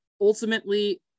ultimately